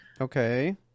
Okay